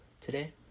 today